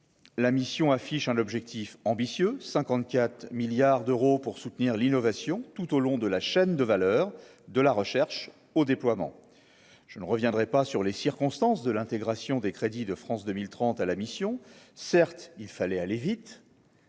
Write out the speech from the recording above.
la mission affiche un objectif ambitieux 54 milliards d'euros pour soutenir l'innovation tout au long de la chaîne de valeur, de la recherche au déploiement je ne reviendrai pas sur les circonstances de l'intégration des crédits de France 2030 à la mission, certes, il fallait aller vite.